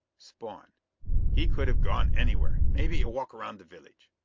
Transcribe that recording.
spawn he could have gone anywhere. maybe a walk around the village.